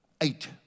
Eight